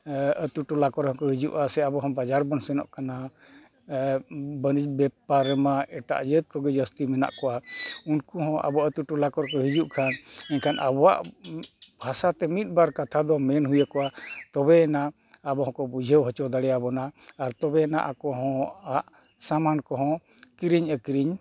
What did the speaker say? ᱟᱹᱛᱩ ᱴᱚᱞᱟ ᱠᱚᱨᱮᱜ ᱠᱚ ᱦᱤᱡᱩᱜᱼᱟ ᱥᱮ ᱟᱵᱚ ᱦᱚᱸ ᱵᱟᱡᱟᱨ ᱵᱚᱱ ᱥᱮᱱᱚᱜ ᱠᱟᱱᱟ ᱵᱟᱹᱱᱤᱡᱽ ᱵᱮᱯᱟᱨᱢᱟ ᱮᱴᱟᱜ ᱡᱟᱹᱛ ᱠᱚᱜᱮ ᱡᱟᱹᱥᱛᱤ ᱢᱮᱱᱟᱜ ᱠᱚᱣᱟ ᱩᱱᱠᱩ ᱦᱚᱸ ᱟᱵᱚ ᱟᱹᱛᱩ ᱴᱚᱞᱟ ᱠᱚᱨᱮᱜ ᱠᱚ ᱦᱤᱡᱩᱜ ᱠᱟᱱ ᱮᱱᱠᱷᱟᱱ ᱟᱵᱚᱣᱟᱜ ᱵᱷᱟᱥᱟᱛᱮ ᱢᱤᱫ ᱵᱟᱨ ᱠᱟᱛᱷᱟ ᱫᱚ ᱢᱮᱱ ᱦᱩᱭ ᱟᱠᱚᱣᱟ ᱛᱚᱵᱮ ᱮᱱᱟᱜ ᱟᱵᱚ ᱦᱚᱸᱠᱚ ᱵᱩᱡᱷᱟᱹᱣ ᱦᱚᱪᱚ ᱫᱟᱲᱮᱣᱟᱵᱚᱱᱟ ᱟᱨ ᱛᱚᱵᱮᱭᱟᱱᱟᱜ ᱟᱠᱚ ᱦᱚᱸ ᱦᱟᱜ ᱥᱟᱱᱟᱢ ᱠᱚ ᱦᱚᱸ ᱠᱤᱨᱤᱧ ᱟᱹᱠᱷᱨᱤᱧ